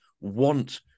want